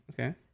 Okay